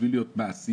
בשביל להיות מעשיים,